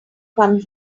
come